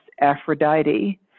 Aphrodite